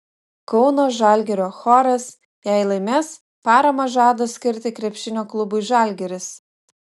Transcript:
kauno žalgirio choras jei laimės paramą žada skirti krepšinio klubui žalgiris